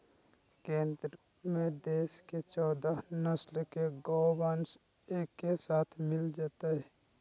केंद्र में देश के चौदह नस्ल के गोवंश एके साथ मिल जयतय